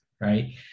right